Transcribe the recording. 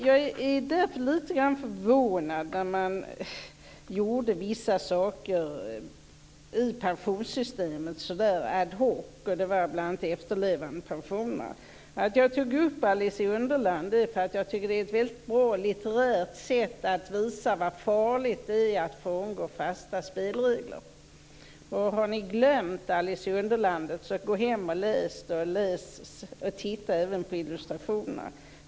Jag blev därför litet grand förvånad när man gjorde vissa saker i pensionssystemet så där ad hoc. Det gällde bl.a. efterlevandepensionerna. Att jag tog upp Alice i Underlandet beror på att jag tycker att det är ett väldigt bra litterärt sätt att visa hur farligt det är att frångå fasta spelregler. Har ni glömt Alice i Underlandet så gå hem och läs den, och titta även på illustrationerna.